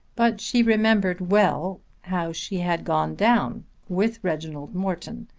but she remembered well how she had gone down with reginald morton,